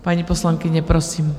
Paní poslankyně, prosím.